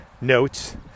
notes